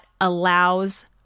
allows